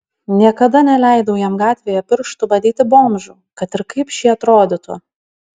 niekada neleidau jam gatvėje pirštu badyti bomžų kad ir kaip šie atrodytų